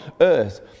earth